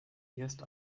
erst